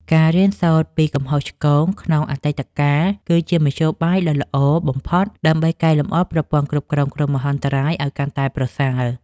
ការរៀនសូត្រពីកំហុសឆ្គងក្នុងអតីតកាល គឺជាមធ្យោបាយដ៏ល្អបំផុតដើម្បីកែលម្អប្រព័ន្ធគ្រប់គ្រងគ្រោះមហន្តរាយឱ្យកាន់តែប្រសើរ។